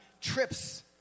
trips